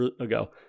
ago